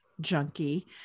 junkie